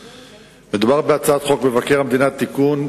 מדובר בהצעת חוק מבקר המדינה (תיקון,